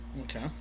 Okay